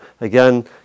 again